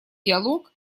диалог